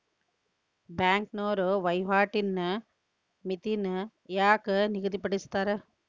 ಬ್ಯಾಂಕ್ನೋರ ವಹಿವಾಟಿನ್ ಮಿತಿನ ಯಾಕ್ ನಿಗದಿಪಡಿಸ್ತಾರ